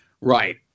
right